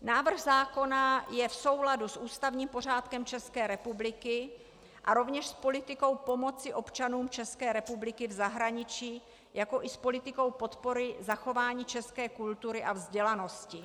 Návrh zákona je v souladu s ústavním pořádkem České republiky a rovněž s politikou pomoci občanům České republiky v zahraničí, jakož i s politikou podpory zachování české kultury a vzdělanosti.